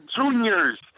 Juniors